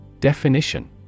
Definition